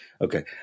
Okay